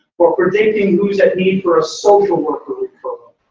for. predicting who's at need for a social worker referral,